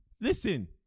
listen